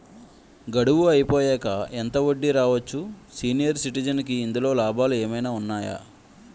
గడువు అయిపోయాక ఎంత వడ్డీ రావచ్చు? సీనియర్ సిటిజెన్ కి ఇందులో లాభాలు ఏమైనా ఉన్నాయా?